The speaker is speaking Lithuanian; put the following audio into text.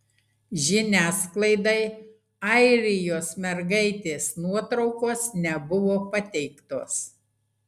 žiniasklaidai airijos mergaitės nuotraukos nebuvo pateiktos